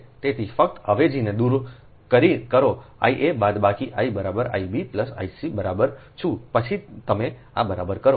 તેથી ફક્ત અવેજીને દૂર કરો I a બાદબાકી I બરાબર I b plus I c બરાબર છું પછી તમે આ બરાબર કરો